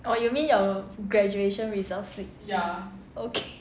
oh you mean your graduation result slip okay